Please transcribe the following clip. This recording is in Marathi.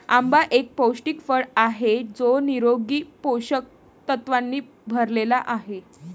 आंबा एक पौष्टिक फळ आहे जो निरोगी पोषक तत्वांनी भरलेला आहे